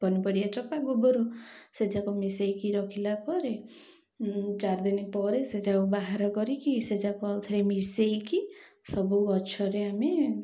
ପନିପରିବା ଚୋପା ଗୋବରୁ ସେଯାକ ମିଶେଇକି ରଖିଲା ପରେ ଚାରିଦିନ ପରେ ସେଯାକୁ ବାହାର କରିକି ସେଯାକ ଆଉ ଥରେ ମିଶେଇକି ସବୁ ଗଛରେ ଆମେ